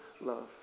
love